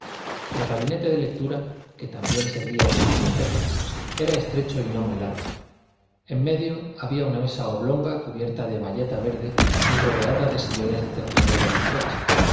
el gabinete de lectura que también servía de biblioteca era estrecho y no muy largo en medio había una mesa oblonga cubierta de bayeta verde y rodeada de sillones de terciopelo de utrecht